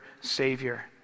Savior